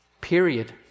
Period